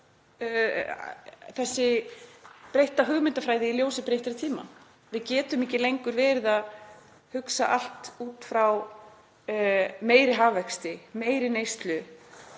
þessi breytta hugmyndafræði í ljósi breyttra tíma. Við getum ekki lengur hugsað allt út frá meiri hagvexti, meiri neyslu,